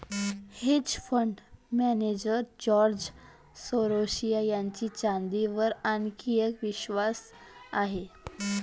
hedge fund manager George Soros यांचा चांदीवर आणखी एक विश्वास आहे